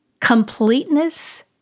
completeness